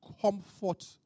comfort